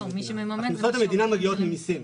הכנסות המדינה מגיעות ממסים.